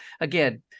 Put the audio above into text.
again